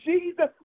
Jesus